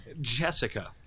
Jessica